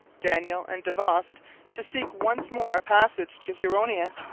daniel, and davost to seek once more a passage to huronia.